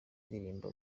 ndirimbo